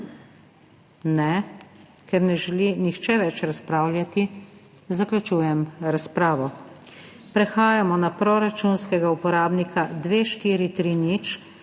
Ne. Ker ne želi nihče več razpravljati, zaključujem razpravo. Prehajamo na proračunskega uporabnika 2430